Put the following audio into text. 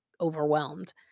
overwhelmed